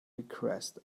request